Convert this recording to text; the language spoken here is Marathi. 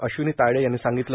अश्विनी तायडे यांनी सांगितलं